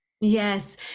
Yes